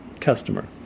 customer